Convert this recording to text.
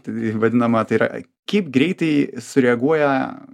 tai vadinama tai yra kaip greitai sureaguoja